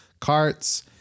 carts